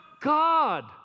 God